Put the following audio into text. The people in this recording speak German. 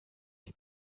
die